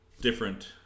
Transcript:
different